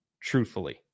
truthfully